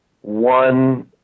one